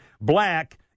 black